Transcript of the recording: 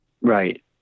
right